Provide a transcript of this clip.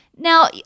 Now